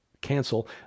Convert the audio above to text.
cancel